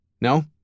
No